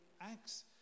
Acts